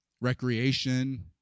recreation